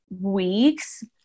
weeks